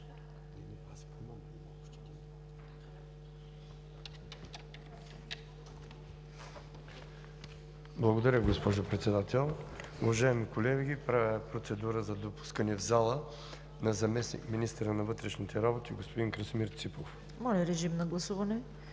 Благодаря, госпожо Председател. Уважаеми колеги, правя процедура за допускане в залата на заместник-министъра на вътрешните работи – господин Красимир Ципов. ПРЕДСЕДАТЕЛ ЦВЕТА